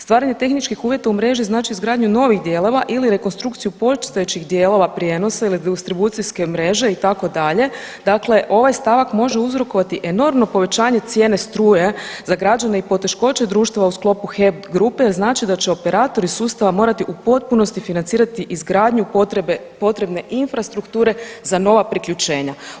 Stvaranje tehničkih uvjeta u mreži znači izgradnju novih dijelova ili rekonstrukciju postojećih dijelova prijenosa ili distribucijske mreže itd., dakle ovaj stavak može uzrokovati enormno povećanje cijene struje za građane i poteškoće društva u sklopu HEP grupe jer znači da će operatori sustavi morati u potpunosti financirati izgradnju potrebe, potrebne infrastrukture za nova priključenja.